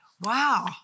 wow